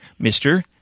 Mr